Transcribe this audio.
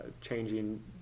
Changing